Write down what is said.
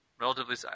Relatively